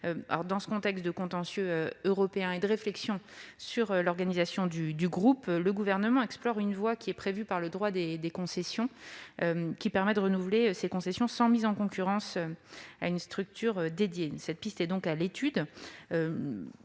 Dans ce contexte de contentieux européen et de réflexion sur l'organisation du groupe, le Gouvernement explore la possibilité, prévue par le droit des concessions, de renouveler ces concessions sans mise en concurrence à une structure dédiée. Voilà la piste à l'étude.